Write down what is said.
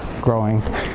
growing